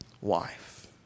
wife